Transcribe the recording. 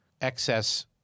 excess